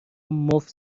مفت